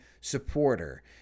supporter